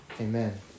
Amen